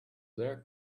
their